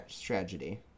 Tragedy